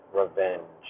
revenge